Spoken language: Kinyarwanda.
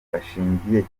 ashingiye